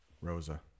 Rosa